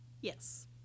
Yes